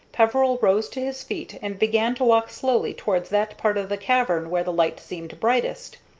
peveril rose to his feet and began to walk slowly towards that part of the cavern where the light seemed brightest.